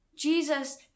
Jesus